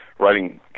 writing